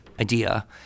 idea